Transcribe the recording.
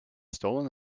stolen